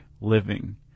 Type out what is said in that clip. living